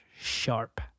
sharp